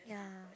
yeah